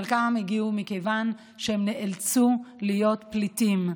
וחלקם הגיעו מכיוון שהם נאלצו להיות פליטים.